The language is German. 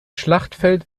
schlachtfeld